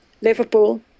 Liverpool